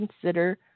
consider